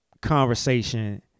conversation